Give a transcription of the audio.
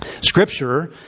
Scripture